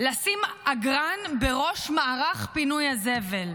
לשים אגרן בראש מערך פינוי הזבל,